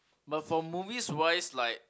but for movies why is like